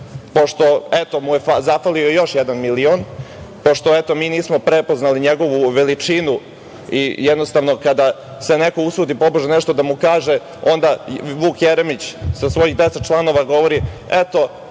zafalio mu je još jedan milion, pošto mi nismo prepoznali njegovu veličinu i jednostavno kada se neko usudi tobože nešto da mu kaže, onda Vuk Jeremić, sa svojih 10 članova govori, eto,